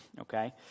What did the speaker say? okay